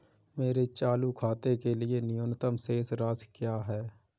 मेरे चालू खाते के लिए न्यूनतम शेष राशि क्या है?